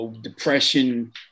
depression